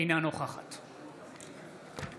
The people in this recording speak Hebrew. אינה נוכחת תודה.